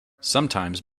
sometimes